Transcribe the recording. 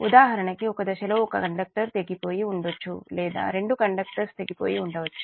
ఉదాహరణకి ఒక దశలో ఒక కండక్టర్ తెగిపోయి ఉండొచ్చు లేదా రెండు కండక్టర్స్ తెగిపోయి ఉండొచ్చు